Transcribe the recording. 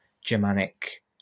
Germanic